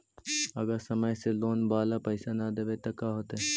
अगर समय से लोन बाला पैसा न दे पईबै तब का होतै?